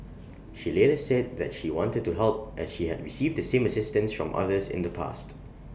she later said that she wanted to help as she had received the same assistance from others in the past